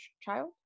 child